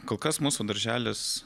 kol kas mūsų darželis